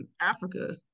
Africa